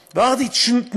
ואז באתי לאוצר ואמרתי,